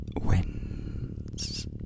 wins